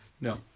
no